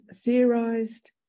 theorized